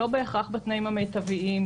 לא בהכרח בתנאים המיטביים,